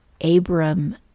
Abram